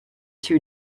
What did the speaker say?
too